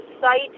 site